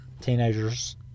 teenagers